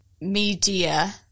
media